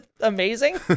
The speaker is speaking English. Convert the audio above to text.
amazing